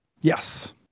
yes